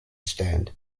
stand